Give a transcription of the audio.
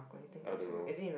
I don't know